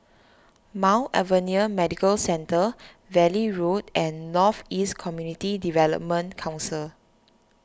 Mount Alvernia Medical Centre Valley Road and North East Community Development Council